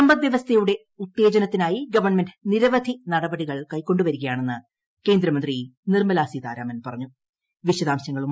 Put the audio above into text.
സമ്പദ്വ്യവസ്ഥയുടെ ഉത്തേജനത്തിനായി ഗവൺമെന്റ് നിരവധി നടപടികൾ കൈക്കൊണ്ടു വരികയാണെന്ന് കേന്ദ്രമന്ത്രി നിർമലാ സീതാരാമൻ പറഞ്ഞു